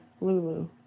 Lulu